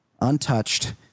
untouched